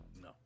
No